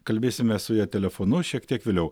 kalbėsime su ja telefonu šiek tiek vėliau